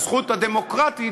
הזכות הדמוקרטית,